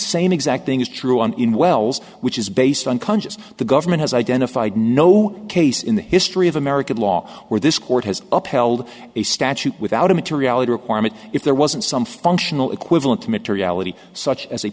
same exact thing is true on in wells which is based on conscious the government has identified no case in the history of american law where this court has upheld a statute without a materiality requirement if there wasn't some functional equivalent to materiality such as a